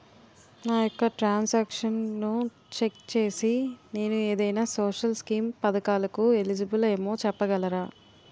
నా యెక్క ట్రాన్స్ ఆక్షన్లను చెక్ చేసి నేను ఏదైనా సోషల్ స్కీం పథకాలు కు ఎలిజిబుల్ ఏమో చెప్పగలరా?